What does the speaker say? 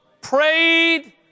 prayed